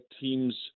teams